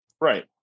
Right